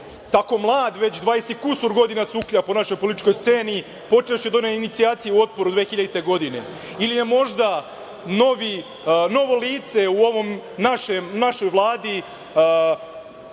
tako mlad već 20 i kusur godina suklja po našoj političkoj sceni, počevši od one inicijacije u Otporu 2000. godine ili je možda novo lice u ovoj našoj Vladi